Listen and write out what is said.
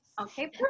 Okay